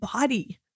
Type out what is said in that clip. body